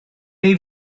neu